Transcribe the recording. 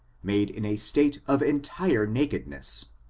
made in a state of entire nakedness,